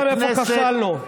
אומץ לב זה להודות כשנגמר.